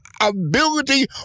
ability